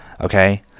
okay